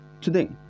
today